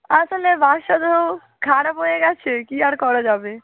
আসলে বাসটা তো খারাপ হয়ে গিয়েছে কী আর করা যাবে